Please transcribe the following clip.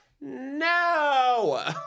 No